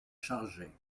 chargée